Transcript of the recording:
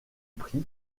prix